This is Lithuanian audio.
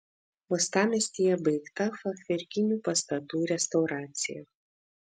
uostamiestyje baigta fachverkinių pastatų restauracija